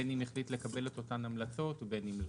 בין אם החליט לקבל את אותן המלצות ובין אם לאו.